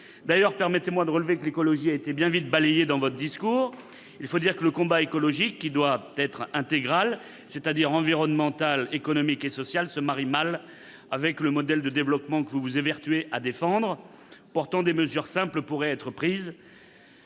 D'ailleurs, permettez-moi de relever que l'écologie a été bien vite balayée dans votre discours. Il faut dire que le combat écologique, qui doit être intégral, c'est-à-dire, environnemental, économique et social, se marie mal avec le modèle de développement que vous vous évertuez à défendre. Pourtant, des mesures simples pourraient être prises